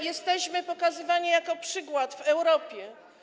Jesteśmy pokazywani jako przykład w Europie.